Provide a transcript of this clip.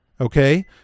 Okay